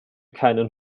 keinen